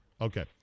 okay